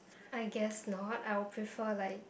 I guess not I will prefer like